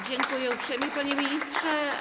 Dziękuję uprzejmie, panie ministrze.